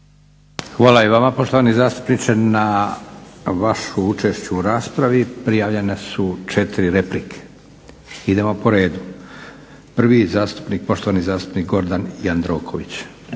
Hvala i vama poštovani zastupniče. Na vaše učešće u raspravi, prijavljene su 4 replike. Idemo po redu, prvi zastupnik, poštovani zastupnik Gordan Jandroković.